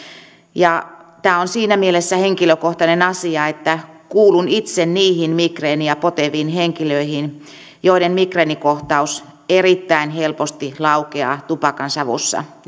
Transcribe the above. tämä on siinä mielessä henkilökohtainen asia että kuulun itse niihin migreeniä poteviin henkilöihin joiden migreenikohtaus erittäin helposti laukeaa tupakansavussa